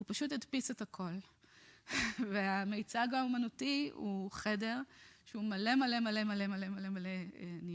הוא פשוט הדפיס את הכל, והמיצג האומנותי הוא חדר, שהוא מלא מלא מלא מלא מלא מלא מלא